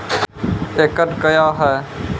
एकड कया हैं?